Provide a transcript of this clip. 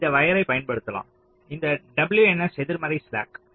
நீங்கள் இந்த வயரை பயன்படுத்தலாம் இந்த WNS எதிர்மறை ஸ்லாக்